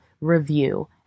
review